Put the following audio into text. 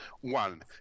one